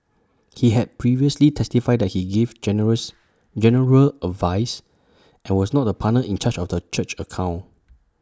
he had previously testified that he gave generous general advice and was not the partner in charge of the church's accounts